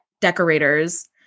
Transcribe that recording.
decorators